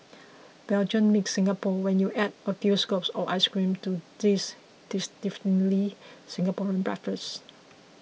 belgium meets Singapore when you add a few scoops of ice cream to this distinctively Singaporean breakfast